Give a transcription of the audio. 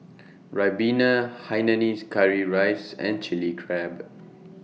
Ribena Hainanese Curry Rice and Chilli Crab